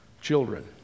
children